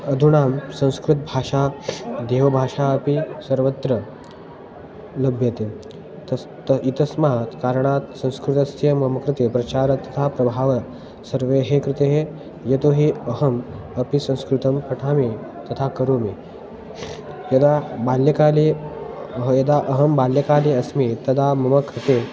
अधुना संस्कृतभाषा देवभाषा अपि सर्वत्र लभ्यते तस् त एतस्मात् कारणात् संस्कृतस्य मम कृते प्रचारः तथा प्रभावः सर्वे कृताः यतो हि अहम् अपि संस्कृतं पठामि तथा करोमि यदा बाल्यकाले ह यदा अहं बाल्यकाले अस्मि तदा मम कृते